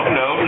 no